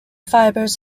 fibres